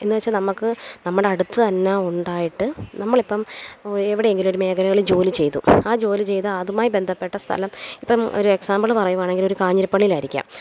എന്നുവെച്ചാൽ നമ്മൾക്ക് നമ്മുടെ അടുത്ത് തന്നെ ഉണ്ടായിട്ട് നമ്മൾ ഇപ്പം എവടെയങ്കിലും ഒരു മേഖലകളിൽ ജോലിചെയ്തു ആ ജോലിചെയ്ത അതുമായി ബന്ധപ്പെട്ട സ്ഥലം ഇപ്പം ഒരു എക്സാംബിള് പറയുകയാണെങ്കിൽ ഒരു കാഞ്ഞിരപ്പള്ളിയിലായിരിക്കാം